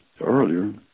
Earlier